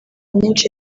nyinshi